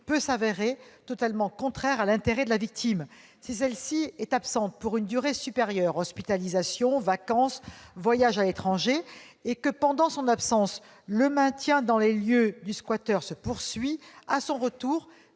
peut s'avérer contraire à l'intérêt de la victime. Si celle-ci est absente pour une durée supérieure - hospitalisation, vacances, voyage à l'étranger - et que, pendant son absence, le maintien du squatteur dans les lieux se poursuit, à son retour,